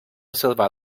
salvar